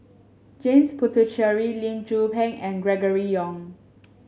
James Puthucheary Lee Tzu Pheng and Gregory Yong